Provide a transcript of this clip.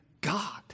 God